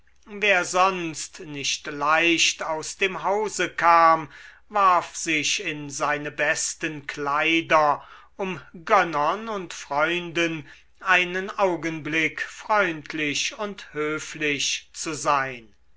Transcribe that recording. wer sonst nicht leicht aus dem hause kam warf sich in seine besten kleider um gönnern und freunden einen augenblick freundlich und höflich zu sein